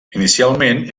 inicialment